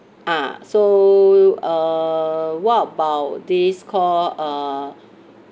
ah so err what about this call uh